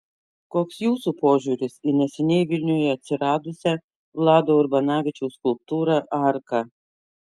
koks jūsų požiūris į neseniai vilniuje atsiradusią vlado urbanavičiaus skulptūrą arka